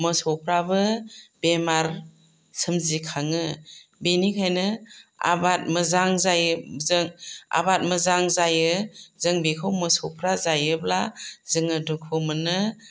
मोसौफ्राबो बेमार सोमजिखाङो बेनिखायनो आबाद मोजां जायो जों आबाद मोजां जायो जों बेखौ मोसौफ्रा जायोब्ला जोङो दुखु मोनो